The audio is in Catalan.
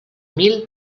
mil